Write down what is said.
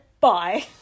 bye